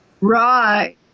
Right